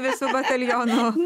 visu batalionu